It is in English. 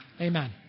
Amen